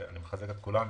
אני מחזק את כולם.